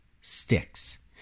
sticks